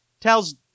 tells